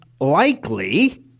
likely